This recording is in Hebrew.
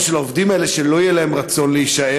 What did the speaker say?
של העובדים האלה הוא שלא יהיה להם רצון להישאר